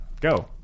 Go